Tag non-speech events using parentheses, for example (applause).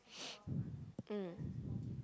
(noise) (breath) mm (breath)